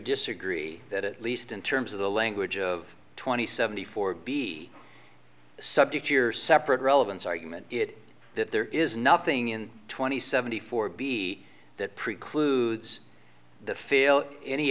disagree that it least in terms of the language of twenty seventy four be subject to your separate relevance argument it that there is nothing in twenty seventy four b that precludes the feel any